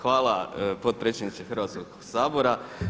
Hvala potpredsjedniče Hrvatskog sabora.